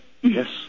yes